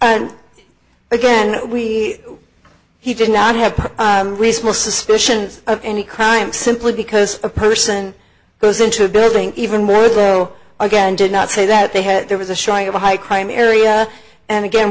and again we he did not have resources fissions of any crime simply because a person goes into a building even more though again did not say that they had there was a showing of a high crime area and again